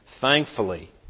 thankfully